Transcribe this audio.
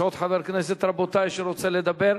יש עוד חבר כנסת, רבותי, שרוצה לדבר?